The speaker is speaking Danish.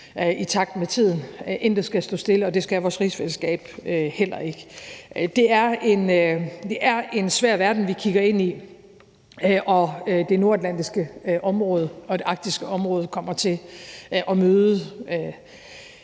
i takt med tiden. Intet skal stå stille, og det skal vores rigsfællesskab heller ikke. Det er en svær verden, vi kigger ind i, og det nordatlantisk og arktiske område kommer til at møde